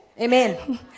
Amen